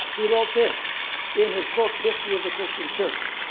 he wrote this in his book history of the christian church.